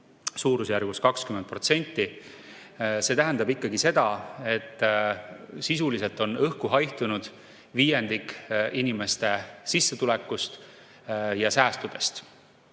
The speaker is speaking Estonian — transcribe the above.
suurusjärgus 20%. See tähendab ikkagi seda, et sisuliselt on õhku haihtunud viiendik inimeste sissetulekust ja säästudest.